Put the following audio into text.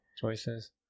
choices